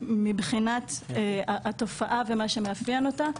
מבחינת התופעה ומה שמאפיין אותה,